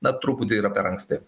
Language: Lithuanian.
na truputį yra per anksti